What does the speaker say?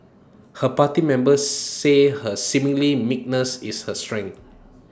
her party members say her seeming meekness is her strength